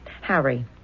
Harry